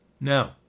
Now